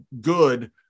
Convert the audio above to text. good